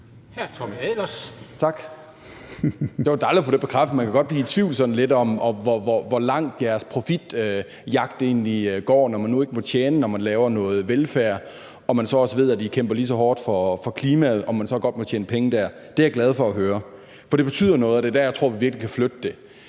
det var dejligt at få det bekræftet. Jeg kan godt blive lidt i tvivl om, hvor langt jeres profitjagt egentlig går, når man nu ikke må tjene noget, når man laver noget velfærd, og når vi så også ved, at I kæmper lige så hårdt for klimaet – altså om man så godt må tjene penge dér. Det er jeg glad for at høre, for det betyder noget, og det er der, jeg tror vi virkelig kan flytte det.